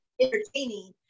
entertaining